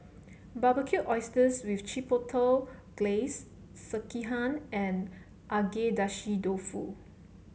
Barbecued Oysters with Chipotle Glaze Sekihan and Agedashi Dofu